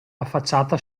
affacciata